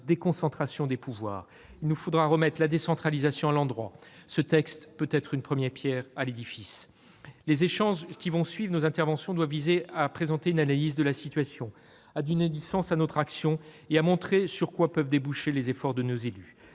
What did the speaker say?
déconcentration des pouvoirs. Il nous faudra remettre la décentralisation à l'endroit. Ce texte peut être une première pierre à l'édifice. Les échanges qui suivront doivent viser à présenter une analyse de la situation, à donner du sens à notre action et à montrer sur quoi peuvent déboucher les efforts de nos élus.